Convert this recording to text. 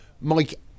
mike